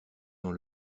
dans